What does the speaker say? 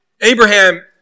Abraham